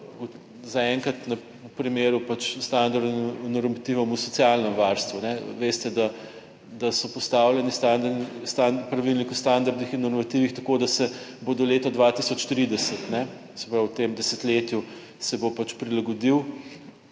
Zaenkrat v primeru pač standardov, normativov o socialnem varstvu. Veste, da so postavljeni Pravilnik o standardih in normativih, tako da se bo do leta 2030, se pravi, v tem desetletju, se bo pač prilagodil